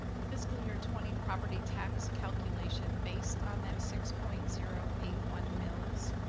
the fiscal year twenty property tax calculation based on that six point zero eight one mills.